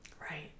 right